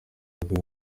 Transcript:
yavuye